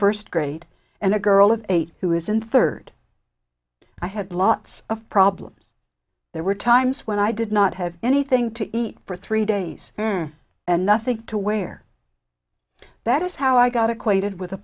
first grade and a girl of eight who is in third i had lots of problems there were times when i did not have anything to eat for three days and nothing to wear that is how i got acquainted with a